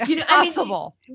possible